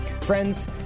Friends